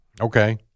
Okay